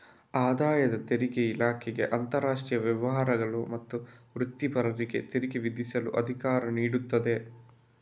ಆದಾಯ ತೆರಿಗೆ ಇಲಾಖೆಗೆ ಅಂತರಾಷ್ಟ್ರೀಯ ವ್ಯವಹಾರಗಳು ಮತ್ತು ವೃತ್ತಿಪರರಿಗೆ ತೆರಿಗೆ ವಿಧಿಸಲು ಅಧಿಕಾರ ನೀಡುತ್ತದೆ